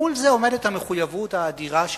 מול זה עומדת המחויבות האדירה שלנו,